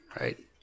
right